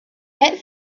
had